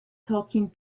talking